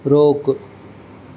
रोकु